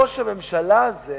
ראש הממשלה הזה